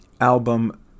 album